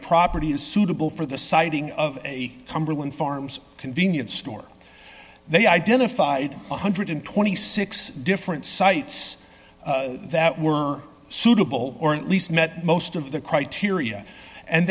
property is suitable for the siting of a cumberland farms convenience store they identified one hundred and twenty six different sites that were suitable or at least met most of the criteria and